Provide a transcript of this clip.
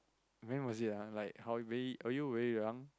when was it ah like how very were you very young